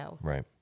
Right